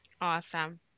awesome